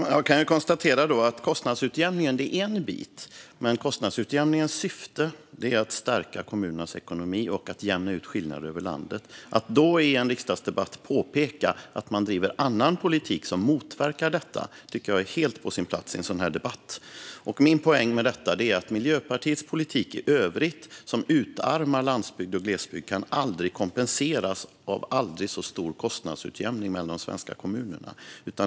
Fru talman! Låt mig konstatera att kostnadsutjämningen är en bit och att dess syfte är att stärka kommunernas ekonomi och jämna ut skillnaderna över landet. Att då i en riksdagsdebatt påpeka att man driver annan politik som motverkar detta tycker jag är helt på sin plats. Min poäng är att Miljöpartiets politik i övrigt, som utarmar landsbygd och glesbygd, aldrig kan kompenseras av kostnadsutjämningen mellan Sveriges kommuner.